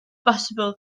bosibl